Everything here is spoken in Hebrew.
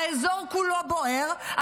האזור כולו בוער,